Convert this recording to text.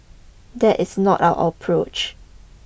that is not our approach